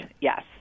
yes